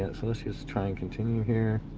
ah so let's just try and continue here